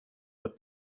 the